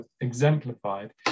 exemplified